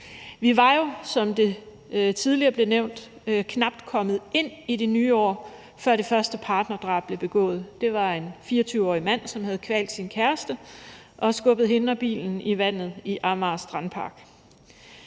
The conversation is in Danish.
Vi var jo, som det tidligere blev nævnt, knap kommet ind i det nye år, før det første partnerdrab blev begået. Det var en 24-årig mand, som havde kvalt sin kæreste og skubbet hende og bilen i vandet i Amager Strandpark.